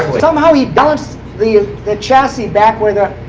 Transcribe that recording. somehow he balanced the the chassis back where the